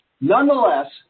Nonetheless